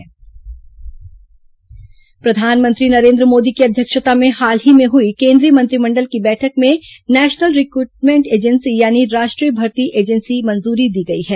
मेंटवार्ता प्रसारण प्रधानमंत्री नरेन्द्र मोदी की अध्यक्षता में हाल में ही हुई केन्द्रीय मंत्रिमंडल की बैठक में नेशनल रिक्रमेंट एजेंसी यानि राष्ट्रीय भर्ती एजेंसी मंजूरी दी गई है